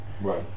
Right